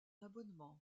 abonnement